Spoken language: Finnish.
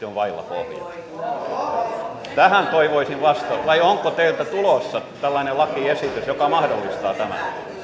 on vailla pohjaa tähän toivoisin vastausta vai onko teiltä tulossa tällainen lakiesitys joka mahdollistaa tämän